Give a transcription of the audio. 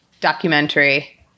documentary